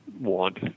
want